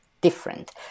different